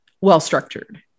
well-structured